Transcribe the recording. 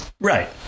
Right